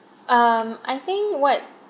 um I think what